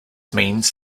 means